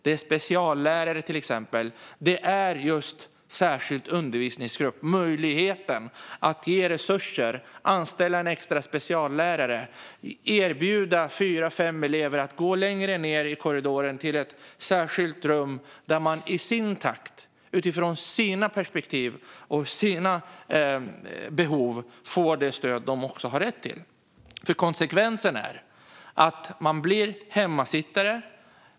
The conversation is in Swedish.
Det är speciallärare, till exempel, och det är särskild undervisningsgrupp - möjligheten att ge resurser, anställa en extra speciallärare eller erbjuda fyra fem elever att gå längre ned i korridoren till ett särskilt rum där de i sin takt, utifrån sina perspektiv och sina behov, får det stöd de har rätt till. Konsekvensen är att man blir hemmasittare.